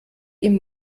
ihm